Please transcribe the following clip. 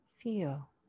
feel